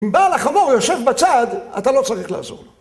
אם בעל החמור יושב בצד, אתה לא צריך לעזור לו.